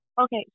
Okay